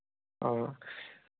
औ